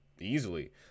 easily